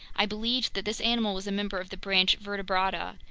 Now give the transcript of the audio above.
i believed that this animal was a member of the branch vertebrata,